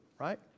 right